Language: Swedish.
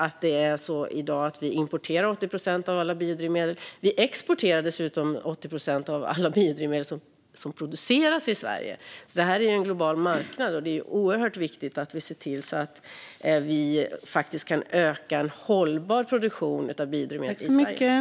I dag importerar vi 80 procent av alla biodrivmedel. Vi exporterar dessutom 80 procent av alla biodrivmedel som produceras i Sverige. Det här är en global marknad, och det är oerhört viktigt att vi faktiskt kan öka en hållbar produktion av biodrivmedel i Sverige.